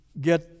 get